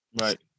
Right